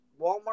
Walmart